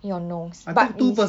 your nose but is